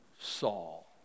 Saul